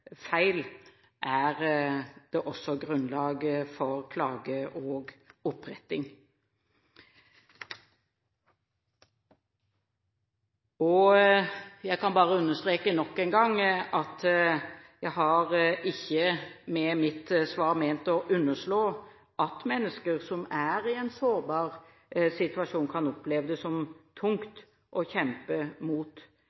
feil, er det også grunnlag for klage og oppretting. Jeg kan bare understreke nok en gang at jeg med mitt svar ikke har ment å underslå at mennesker som er i en sårbar situasjon, kan oppleve det som tungt